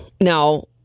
now